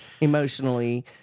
emotionally